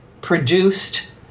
produced